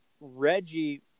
reggie